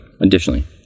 Additionally